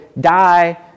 die